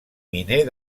miner